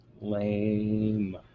Lame